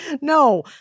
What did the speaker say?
No